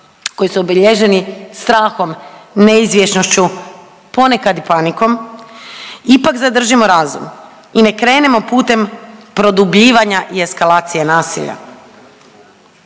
koji su obilježeni strahom, neizvjesnošću ponekad i panikom ipak zadržimo razum i ne krenemo putem produbljivanja i eskalacije nasilja.